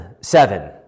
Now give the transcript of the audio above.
Seven